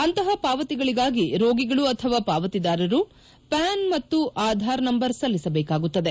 ಅಂತಹ ಪಾವತಿಗಳಿಗಾಗಿ ರೋಗಿಗಳು ಅಥವಾ ಪಾವತಿದಾರರು ಪ್ಯಾನ್ ಮತ್ತು ಆಧಾರ್ ನಂಬರ್ ಸಲ್ಲಿಸಬೇಕಾಗುತ್ತದೆ